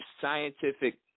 scientific